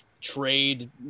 trade